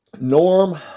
Norm